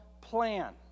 plan